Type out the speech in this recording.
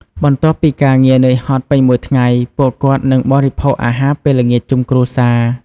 បន្ទាប់ពីការងារនឿយហត់ពេញមួយថ្ងៃ ពួកគាត់នឹងបរិភោគអាហារពេលល្ងាចជុំគ្រួសារ។